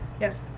Yes